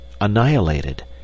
annihilated